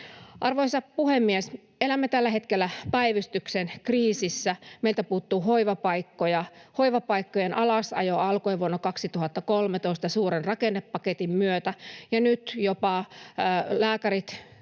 Arvoisa puhemies! Elämme tällä hetkellä päivystyksen kriisissä, meiltä puuttuu hoivapaikkoja. Hoivapaikkojen alasajo alkoi vuonna 2013 suuren rakennepaketin myötä, ja nyt jopa lääkärit